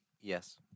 Yes